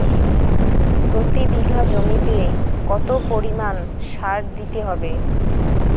প্রতি বিঘা জমিতে কত পরিমাণ সার দিতে হয়?